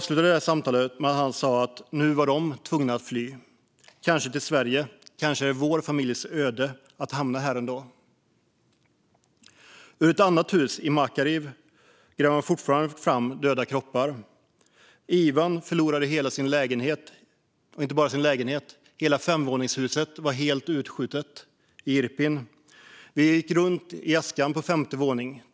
Samtalet avslutades med att han sa att de nu var tvungna att fly - kanske till Sverige. Kanske var det deras familjs öde att hamna här. Ur ett annat hus i Makariv gräver man fortfarande fram döda kroppar. Ivan förlorade hela sin lägenhet, och inte bara det - hela femvåningshuset var helt utskjutet. Detta var i Irpin. Vi gick runt i askan på femte våningen.